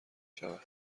شود